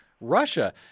Russia